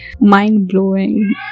Mind-blowing